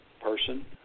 person